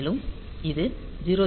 மேலும் இது 00101